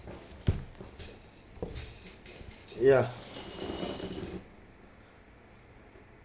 yeah